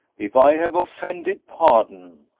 if i have offended, pardon.